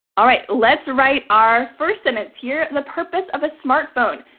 all right, let's write our first sentence here. the purpose of a smartphone,